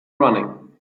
running